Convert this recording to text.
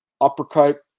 uppercut